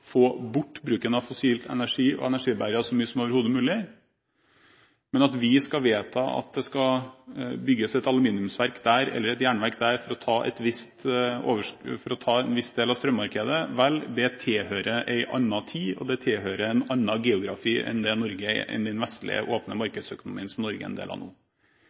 få bort bruken av fossil energi og energibærere så fort som overhodet mulig, men at vi skal vedta at det skal bygges et aluminiumsverk her eller et jernverk der for å ta en viss del av strømmarkedet, vel, det tilhører en annen tid, og det tilhører en annen geografi enn den vestlige åpne markedsøkonomien som Norge er en del av nå.